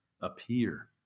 appear